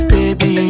Baby